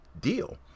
deal